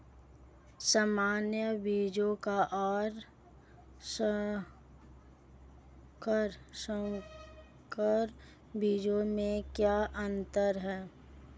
सामान्य बीजों और संकर बीजों में क्या अंतर है?